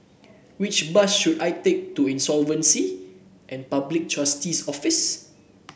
which bus should I take to Insolvency and Public Trustee's Office